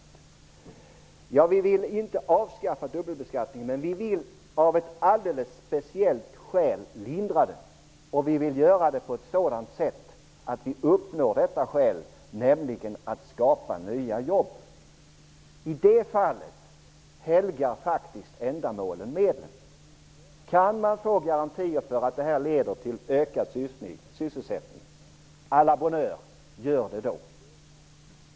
Vi socialdemokrater vill inte avskaffa dubbelbeskattningen, men av ett alldeles speciellt skäl vill vi lindra den. Vi vill nämligen göra det på ett sådant sätt att nya jobb skapas. I det fallet helgar faktiskt ändamålet medlen. Om man kan få garantier för att det leder till ökad sysselsättning säger vi: ''à la bonheure'', gör det då!